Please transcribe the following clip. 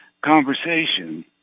conversation